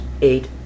eight